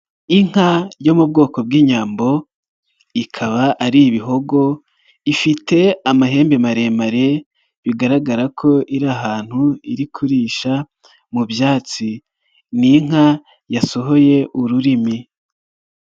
Inka yo mu bwoko bw'inyambo ikaba ari ibihogo ifite amahembe maremare bigaragara ko iri ahantu iri kurisha mu byatsi, ni inka yasohoye ururimi.